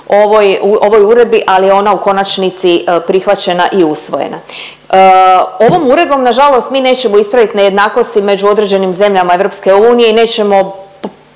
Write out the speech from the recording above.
ovoj uredbi ali je ona u konačnici prihvaćena i usvojena. Ovom uredom nažalost mi nećemo ispraviti nejednakosti među određenim zemljama EU i nećemo,